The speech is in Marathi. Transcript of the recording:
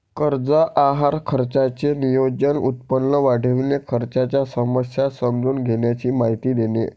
कर्ज आहार खर्चाचे नियोजन, उत्पन्न वाढविणे, खर्चाच्या समस्या समजून घेण्याची माहिती देणे